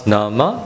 Nama